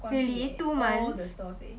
really two months